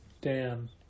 Dan